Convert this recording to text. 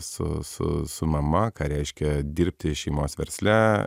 su su su mama ką reiškia dirbti šeimos versle